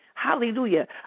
Hallelujah